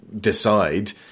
decide